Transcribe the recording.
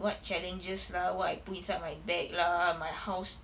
what challenges lah what I put inside my bag lah my house